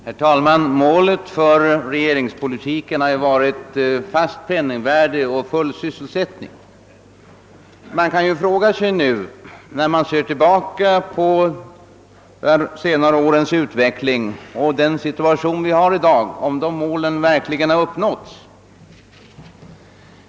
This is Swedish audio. Herr talman! Målet för regeringens politik har ju varit ett fast penningvärde och full sysselsättning. När man nu ser tillbaka på de senare årens utveckling och betraktar dagens situation, kan man fråga sig om det målet verkligen har uppnåtts.